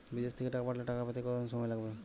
বিদেশ থেকে টাকা পাঠালে টাকা পেতে কদিন সময় লাগবে?